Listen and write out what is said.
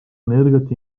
energiat